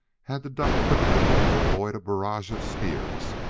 had to duck quickly to avoid a barrage of spears.